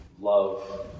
love